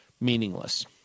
meaningless